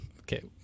Okay